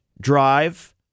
drive